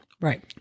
Right